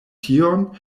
tion